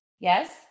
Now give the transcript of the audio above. Yes